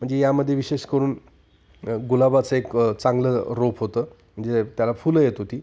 म्हणजे यामध्ये विशेष करून गुलाबाचं एक चांगलं रोप होतं म्हणजे त्याला फुलं येत होती